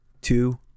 two